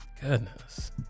Goodness